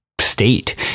state